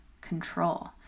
control